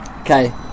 okay